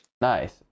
Nice